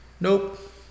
Nope